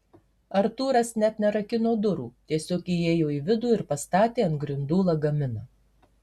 artūras net nerakino durų tiesiog įėjo į vidų ir pastatė ant grindų lagaminą